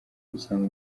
gusanga